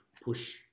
push